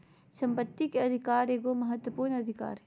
संपत्ति के अधिकार एगो महत्वपूर्ण अधिकार हइ